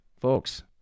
folks